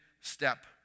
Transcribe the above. step